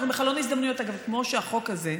אנחנו בחלון הזדמנויות, אגב, כמו שהחוק הזה,